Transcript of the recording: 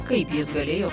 kaip jis galėjo